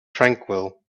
tranquil